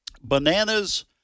bananas